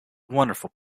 wonderful